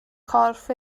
corff